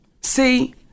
See